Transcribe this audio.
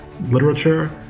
literature